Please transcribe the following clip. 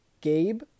gabe